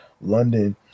london